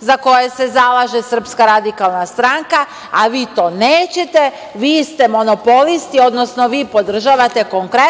za koje se zalaže Srpska radikalna stranka, a vi to nećete, vi ste monopolisti, odnosno, vi podržavate konkretno